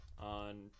on